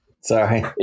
Sorry